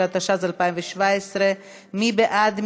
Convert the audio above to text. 15), התשע"ז 2017. מי בעד?